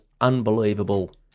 unbelievable